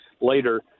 later